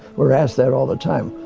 we're asked that all the time.